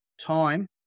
time